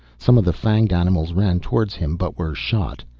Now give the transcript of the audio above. some of the fanged animals ran towards him, but were shot.